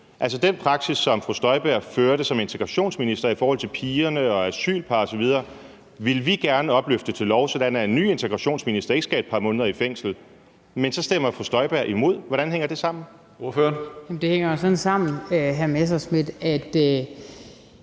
Altså, den praksis, som fru Inger Støjberg førte som integrationsminister i forhold til piger og asylpar osv., ville vi gerne opløfte til lov, sådan at en ny integrationsminister ikke skal et par måneder i fængsel. Men så stemmer fru Inger Støjberg imod. Hvordan hænger det sammen? Kl. 15:05 Tredje næstformand